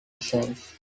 since